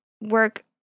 work